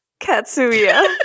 Katsuya